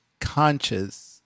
Conscious